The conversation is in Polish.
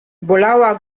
bolała